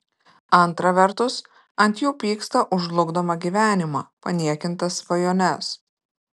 antra vertus ant jų pyksta už žlugdomą gyvenimą paniekintas svajones